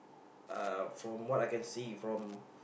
uh from what I can see from